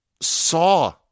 saw